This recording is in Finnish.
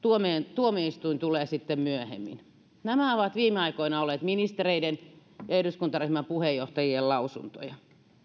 tuomioistuin tulee sitten myöhemmin nämä ovat viime aikoina olleet ministereiden ja eduskuntaryhmän puheenjohtajien lausuntoja